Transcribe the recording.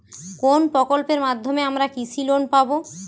কোন প্রকল্পের মাধ্যমে আমরা কৃষি লোন পাবো?